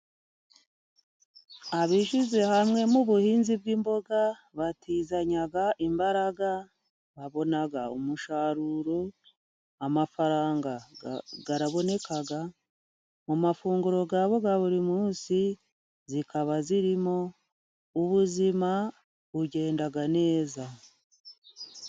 Abishyize hamwe mu buhinzi bw'imboga batizanya imbaraga, babona umusaruro, amafaranga araboneka, mu mafunguro yabo ya buri munsi zikaba zirimo, ubuzima bugenda neza.